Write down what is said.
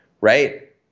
right